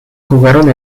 jugaron